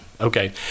Okay